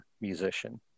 musician